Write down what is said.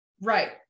right